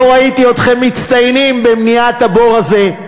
לא ראיתי אתכם מצטיינים במניעת הבור הזה.